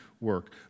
work